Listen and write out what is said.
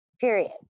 Period